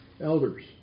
elders